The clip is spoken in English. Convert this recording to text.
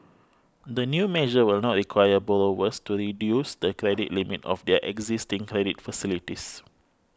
the new measure will not require borrowers to reduce the credit limit of their existing credit facilities